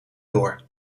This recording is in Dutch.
door